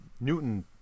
newton